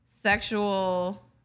sexual